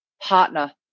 partner